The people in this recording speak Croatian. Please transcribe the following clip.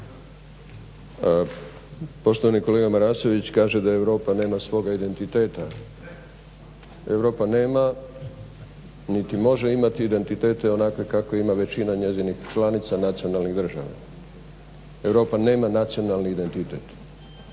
Poštovani kolega Marasović kaže da Europa nema svoga identiteta. Europa nema niti može imati identitete onakve kakve ima većina njezinih članica nacionalnih država. Europa nema nacionalni identitet.